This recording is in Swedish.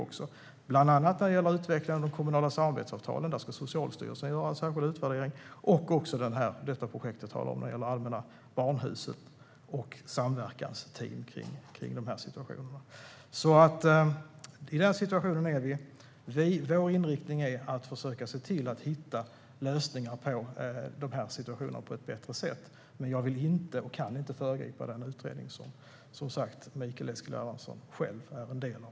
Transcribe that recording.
Det gäller bland annat utvecklingen av de kommunala samarbetsavtalen - där ska Socialstyrelsen göra en särskild utvärdering - och projektet med Allmänna Barnhuset och samverkansteam i dessa situationer. I den situationen är vi alltså. Vår inriktning är att försöka se till att på ett bättre sätt hitta lösningar i de här situationerna, men jag vill inte och kan inte föregripa den utredning som Mikael Eskilandersson som sagt själv är en del av.